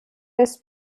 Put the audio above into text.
this